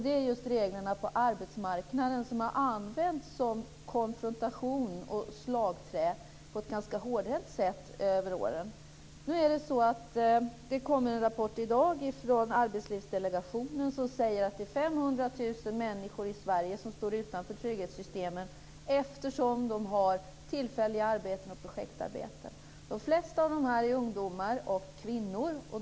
Det är reglerna på arbetsmarknaden, som har använts som konfrontation och slagträ på ett ganska hårdhänt sätt under åren. Det har i dag kommit en rapport från Arbetslivsdelegationen som säger att 500 000 människor i Sverige står utanför trygghetssystemen eftersom de har tillfälliga arbeten och projektarbeten. De flesta av dem är ungdomar och kvinnor.